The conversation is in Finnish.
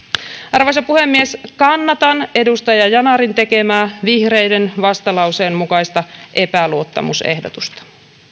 arvoisa puhemies kannatan edustaja yanarin tekemää vihreiden vastalauseen mukaista epäluottamusehdotusta